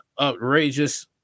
outrageous